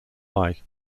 eye